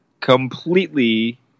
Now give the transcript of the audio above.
completely